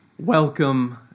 Welcome